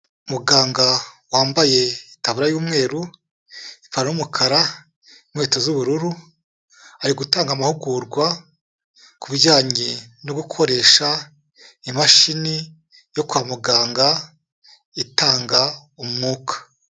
Muganga wambaye itababuriya y'umweru, ipantaro y'umukara n'inkweto z'ubururu ari gutanga amahugurwa kubijyanye no gukoresha imashini yo kwa muganga itanga umwuka.